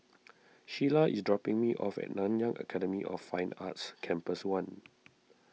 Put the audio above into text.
Shiela is dropping me off at Nanyang Academy of Fine Arts Campus one